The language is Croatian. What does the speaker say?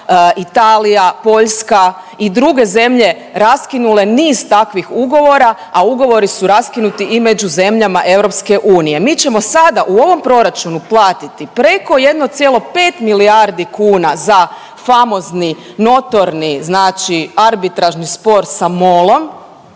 Italija, Poljska i druge zemlje raskinule niz takvih ugovora, a ugovori su raskinuti i među zemljama EU. Mi ćemo sada u ovom proračunu platiti preko 1,5 milijardi kuna za famozni, notorni znači arbitražni spor sa MOL-om,